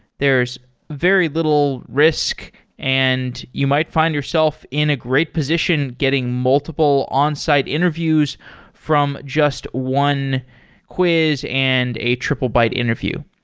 there's very little risk and you might find yourself in a great position getting multiple onsite interviews from just one quiz and a triplebyte interview.